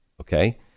okay